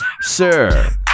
Sir